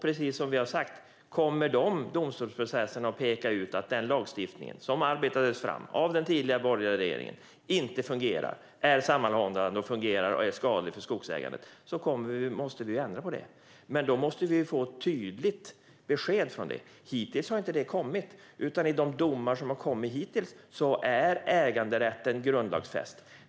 Precis som vi har sagt: Om de domstolsprocesserna pekar ut att den lagstiftning som arbetades fram av den tidigare borgerliga regeringen inte fungerar och är skadlig för skogsägandet måste vi ändra på det. Men då måste vi få ett tydligt besked från er, och det har ännu inte kommit något sådant. I domarna hittills är äganderätten grundlagsfäst.